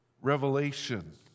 revelation